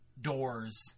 doors